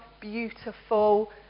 beautiful